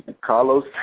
Carlos